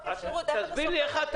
תסביר לי איך.